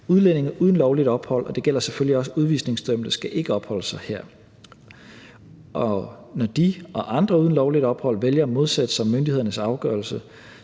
Udlændinge uden lovligt ophold, og det gælder selvfølgelig også udvisningsdømte, skal ikke opholde sig her. Og når de og andre uden lovligt ophold vælger at modsætte sig myndighedernes afgørelse,